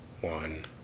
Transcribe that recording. One